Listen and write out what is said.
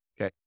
Okay